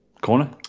corner